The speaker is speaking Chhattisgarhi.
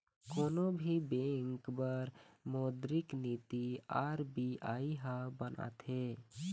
कोनो भी बेंक बर मोद्रिक नीति आर.बी.आई ह बनाथे